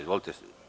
Izvolite.